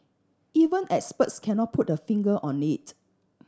even experts cannot put a finger on it